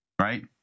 right